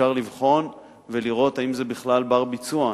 אפשר לבחון ולראות אם זה בכלל בר-ביצוע.